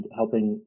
helping